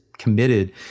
committed